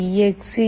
exe CoolTerm